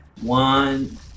one